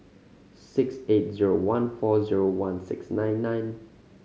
six eight zero one four zero one six nine nine